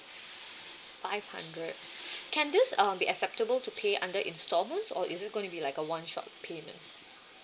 five hundred can this uh be acceptable to pay under installments or is it going to be like a one shot payment